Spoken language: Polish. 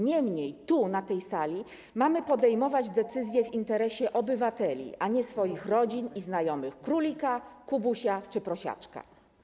Niemniej na tej sali mamy podejmować decyzje w interesie obywateli, a nie swoich rodzin i znajomych, Królika, Kubusia czy Prosiaczka.